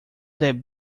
del